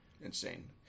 insane